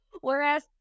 Whereas